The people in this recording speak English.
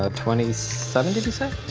ah twenty seven did you say?